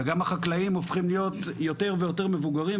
וגם החקלאים הופכים להיות יותר ויותר מבוגרים.